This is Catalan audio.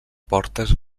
portes